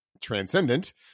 transcendent